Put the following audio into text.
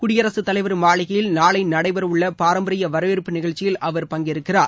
குடியரகத்தலைவா் மாளிகையில் நாளை நடைபெறவுள்ள பாரம்பரிய வரவேற்பு நிகழ்ச்சியில் அவா் பங்கேற்கிறார்